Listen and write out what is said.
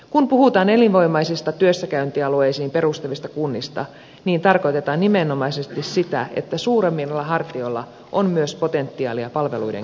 kun puhutaan elinvoimaisista työssäkäyntialueisiin perustuvista kunnista niin tarkoitetaan nimenomaisesti sitä että suuremmilla hartioilla on myös potentiaalia palveluiden kehittämiseen